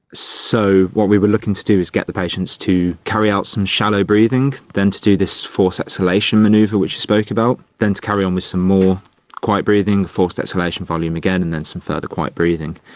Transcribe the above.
so what we were looking to do is get the patients to carry out some shallow breathing and then to do this forced exhalation manoeuvre which we spoke about, then to carry on with some more quiet breathing, forced exhalation volume again, and then some further quiet breathing.